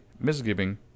misgiving